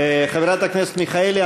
חברת הכנסת מיכאלי,